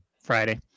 Friday